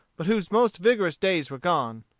but whose most vigorous days were gone.